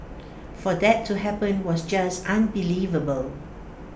for that to happen was just unbelievable